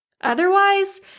Otherwise